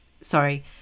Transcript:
sorry